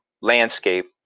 landscape